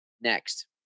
Next